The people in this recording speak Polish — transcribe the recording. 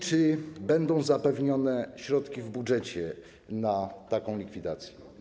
Czy będą zapewnione środki w budżecie na ich likwidację?